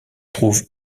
trouve